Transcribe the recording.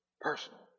Personal